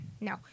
No